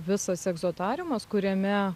visas egzotariumas kuriame